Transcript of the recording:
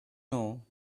know